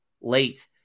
late